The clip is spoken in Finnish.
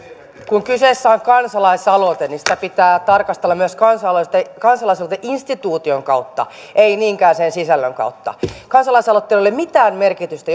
kun kyseessä on kansalaisaloite sitä pitää tarkastella myös kansalaisaloiteinstituution kautta ei niinkään sen sisällön kautta kansalaisaloitteilla ei ole mitään merkitystä